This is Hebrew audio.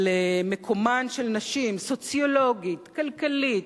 על מקומן של נשים, סוציולוגית, כלכלית,